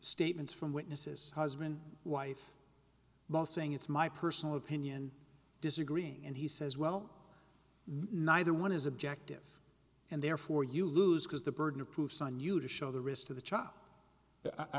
statements from witnesses husband wife both saying it's my personal opinion disagree and he says well neither one is objective and therefore you lose because the burden of proof is on you to show the risk to the child